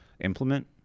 implement